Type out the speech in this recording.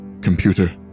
Computer